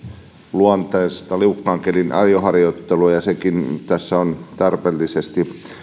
luontaista liukkaan kelin ajoharjoittelua ja sekin tässä on tarpeellisesti